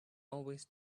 always